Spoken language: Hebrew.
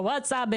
בוואטסאפ,